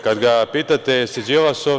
Kada ga pitate, jesi li Đilasov?